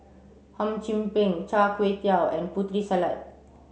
Hum Chim Peng Char Kway Teow and Putri Salad